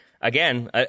Again